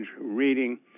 reading